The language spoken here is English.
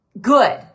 Good